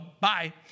bye